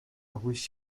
wish